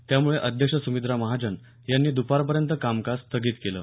त्यामुळे अध्यक्ष सुमित्रा महाजन यांनी दुपारपर्यंत कामकाज स्थगित केलं